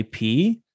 IP